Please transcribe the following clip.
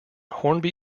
hornby